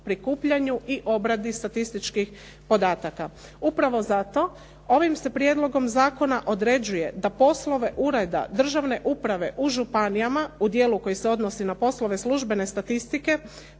prikupljanju i obradi statističkih podataka. Upravo zato ovim se prijedlogom zakona određuje da poslove ureda državne uprave u županijama u dijelu koji se odnosi na poslove službene statistike